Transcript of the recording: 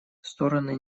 стороны